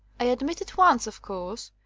i admit at once, of course,